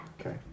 Okay